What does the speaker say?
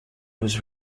was